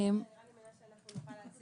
אנחנו נציג.